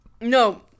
no